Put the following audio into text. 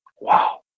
wow